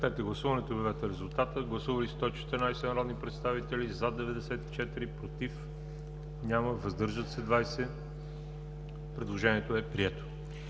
Гласували 90 народни представители: за 72, против няма, въздържали се 18. Предложението е прието.